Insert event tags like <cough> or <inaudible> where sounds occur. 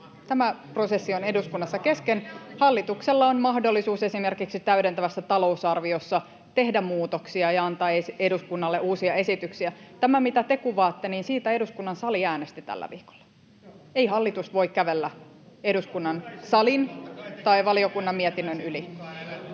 Tämä prosessi on eduskunnassa kesken. Hallituksella on mahdollisuus esimerkiksi täydentävässä talousarviossa tehdä muutoksia ja antaa eduskunnalle uusia esityksiä. Tästä, mitä te kuvaatte, eduskunnan sali äänesti tällä viikolla. <noise> Ei hallitus voi kävellä eduskunnan salin tai valiokunnan mietinnön yli.